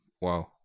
wow